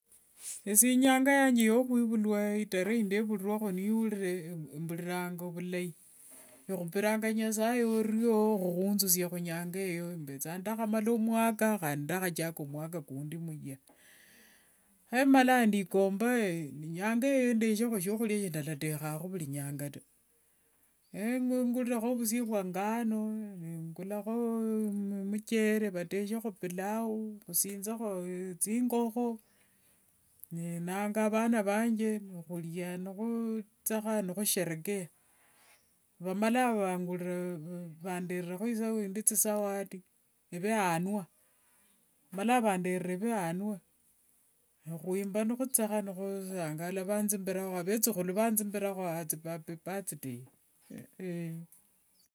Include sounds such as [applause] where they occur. Esie inyanga yanje ya khwivulwa, itare yindevuliruakho niyulile, mbuliranga vulai. Ekhupiranga nasaye orio khukunzusia inyanga eyo. Pethanga ndakhamala mwaka handi ndakhachaka mwaka kundi muya. Khemalanga ndikomba [hesitation] ne nyangayo ndekhekho eshiakhulia shindalatekhanga vuli nyanga ta. Nengulirekho vusie vya ngano nengulakho muchere vatekhekho pilau vasinzekho thingokho, nenanga vana vanje, nikhulia nikhuthekha nikhusherekea. Vamalanga vangulira, vandera isaa indi thizawadi nivayanua. Vamalanga vandere eviyanua. Nikwimba nikhuthekha nikhusangala, vanzibirakho, avethukhulu vanzibirakho athi appy birthday. [hesitation]